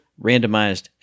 randomized